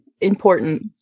important